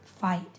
fight